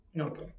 Okay